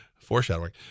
Foreshadowing